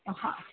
હ